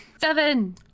Seven